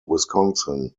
wisconsin